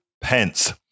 pence